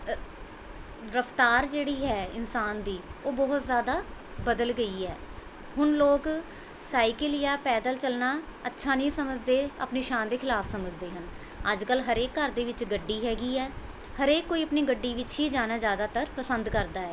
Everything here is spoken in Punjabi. ਰਫਤਾਰ ਜਿਹੜੀ ਹੈ ਇਨਸਾਨ ਦੀ ਉਹ ਬਹੁਤ ਜ਼ਿਆਦਾ ਬਦਲ ਗਈ ਹੈ ਹੁਣ ਲੋਕ ਸਾਈਕਲ ਯਾ ਪੈਦਲ ਚੱਲਣਾ ਅੱਛਾ ਨਹੀਂ ਸਮਝਦੇ ਆਪਣੀ ਸ਼ਾਨ ਦੇ ਖਿਲਾਫ ਸਮਝਦੇ ਹਨ ਅੱਜਕੱਲ ਹਰੇਕ ਘਰ ਦੇ ਵਿੱਚ ਗੱਡੀ ਹੈਗੀ ਹੈ ਹਰੇਕ ਕੋਈ ਆਪਣੀ ਗੱਡੀ ਵਿੱਚ ਹੀ ਜਾਣਾ ਜ਼ਿਆਦਾਤਰ ਪਸੰਦ ਕਰਦਾ ਹੈ